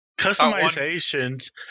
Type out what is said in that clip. customizations